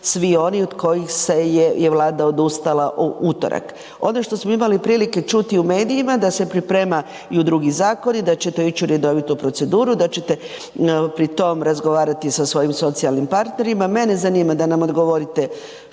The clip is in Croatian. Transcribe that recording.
svi oni od kojih se je Vlada odustala u utorak. Ono što smo imali prilike čuti u medijima, da se pripremaju drugi zakoni, da će to ići u redovitu proceduru, da ćete pri tom razgovarati sa svojim socijalnim partnerima. Mene zanima da nam odgovorite što